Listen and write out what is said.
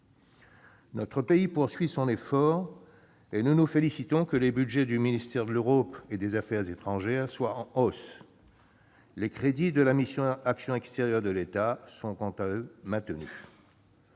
France poursuit son effort et nous nous félicitons que les budgets du ministère de l'Europe et des affaires étrangères soient en hausse. Les crédits de la mission « Action extérieure de l'État » sont, quant à eux, maintenus.